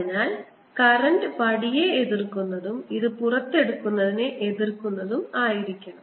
അതിനാൽ കറന്റ് വടിയെ എതിർക്കുന്നതും ഇത് പുറത്തെടുക്കുന്നതിനെ എതിർക്കുന്നതും ആയിരിക്കണം